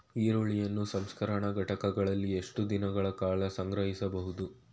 ಈರುಳ್ಳಿಯನ್ನು ಸಂಸ್ಕರಣಾ ಘಟಕಗಳಲ್ಲಿ ಎಷ್ಟು ದಿನಗಳ ಕಾಲ ಸಂಗ್ರಹಿಸಬಹುದು?